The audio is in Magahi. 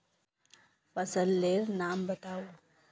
फसल लेर नाम बाताउ?